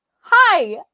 Hi